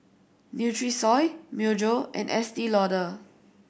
Nutrisoy Myojo and Estee Lauder